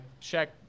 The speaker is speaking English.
check